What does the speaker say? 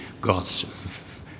God's